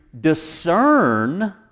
discern